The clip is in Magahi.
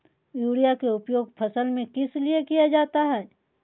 युरिया के उपयोग फसल में किस लिए किया जाता है?